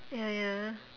ya ya